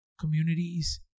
communities